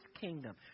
kingdom